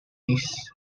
this